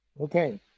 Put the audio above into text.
Okay